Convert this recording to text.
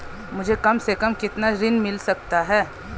मुझे कम से कम कितना ऋण मिल सकता है?